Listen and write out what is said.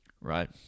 right